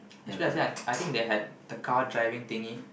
especially I think they had the car driving thingy